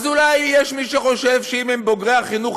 אז אולי יש מי שחושב שאם הם בוגרי החינוך